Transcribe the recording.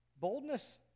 Boldness